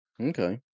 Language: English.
Okay